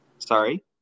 Sorry